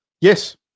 yes